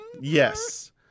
Yes